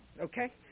Okay